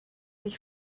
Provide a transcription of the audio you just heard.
sich